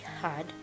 hard